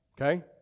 Okay